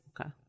Okay